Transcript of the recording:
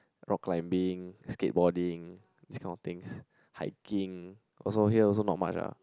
rock climbing skateboarding these kind of things hiking also here also not much lah